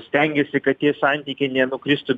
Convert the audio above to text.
stengiasi kad tie santykiai nenukristų